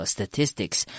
Statistics